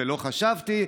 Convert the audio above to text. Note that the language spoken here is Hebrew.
ולא חשבתי.